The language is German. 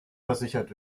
versichert